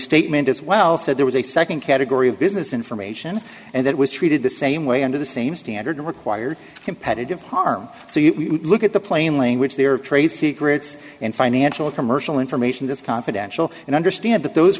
restatement as well so there was a second category of business information and it was treated the same way under the same standard to require competitive harm so you look at the plain language there are trade secrets in financial commercial information that's confidential and understand th